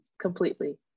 completely